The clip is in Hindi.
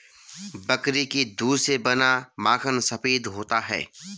बकरी के दूध से बना माखन सफेद होता है